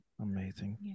Amazing